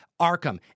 Arkham